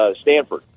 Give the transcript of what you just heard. Stanford